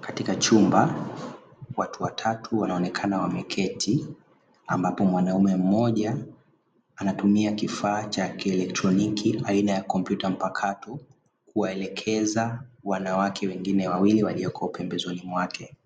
Katika chumba watu watatu wanaonekana wameketi, ambapo mwanaume mmoja anatumia kifaa cha kielektroniki aina ya compyuta mpakato kuwa elekeza wanawake wengine wawili pembeni yake,